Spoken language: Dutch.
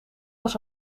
was